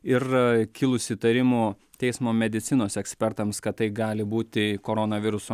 ir kilus įtarimų teismo medicinos ekspertams kad tai gali būti koronaviruso